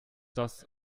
das